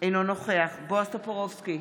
אינו נוכח בועז טופורובסקי,